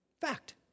Fact